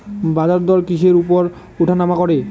বাজারদর কিসের উপর উঠানামা করে?